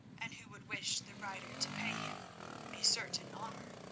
and who would wish the writer to pay him a certain honour.